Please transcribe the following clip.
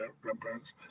grandparents